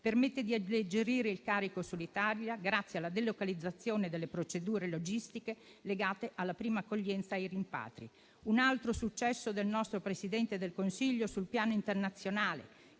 permette di alleggerire il carico sull'Italia grazie alla delocalizzazione delle procedure logistiche legate alla prima accoglienza e ai rimpatri. Un altro successo del nostro Presidente del Consiglio sul piano internazionale,